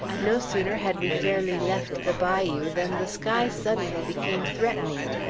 no sooner had we fairly left the bayou than the sky suddenly became threatening.